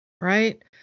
right